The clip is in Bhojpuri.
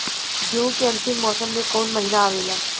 गेहूँ के अंतिम मौसम में कऊन महिना आवेला?